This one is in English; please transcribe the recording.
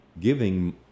giving